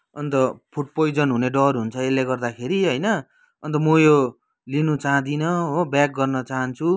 अन्त food poison हुने डर हुन्छ यसले गर्दाखेरि होइन अन्त म यो लिनु चाहदिनँ हो ब्याक गर्न चाहन्छु